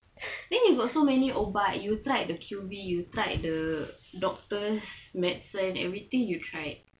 then you got so many ubat you tried the Q_V you tried the doctor's medicine everything you tried